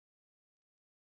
this plate